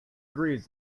agrees